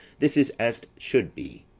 this is as't should be.